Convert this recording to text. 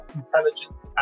intelligence